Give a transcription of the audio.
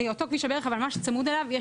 לאותו כביש הברך אבל ממש צמוד אליו יש